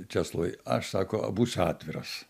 česlovai aš sako būsiu atviras